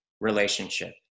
Relationship